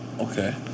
Okay